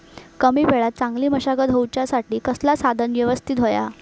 कमी वेळात चांगली मशागत होऊच्यासाठी कसला साधन यवस्तित होया?